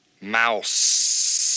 Mouse